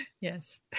Yes